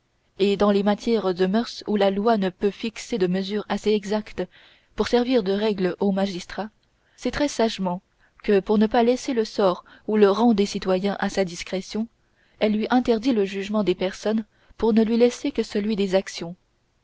et dans les matières de mœurs où la loi ne peut fixer de mesure assez exacte pour servir de règle au magistrat c'est très sagement que pour ne pas laisser le sort ou le rang des citoyens à sa discrétion elle lui interdit le jugement des personnes pour ne lui laisser que celui des actions